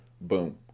boom